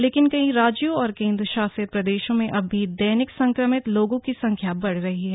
लेकिन कई राज्यों और केन्द्रशासित प्रदेशों में अब भी दैनिक संक्रमित लोगों की संख्या बढ रही है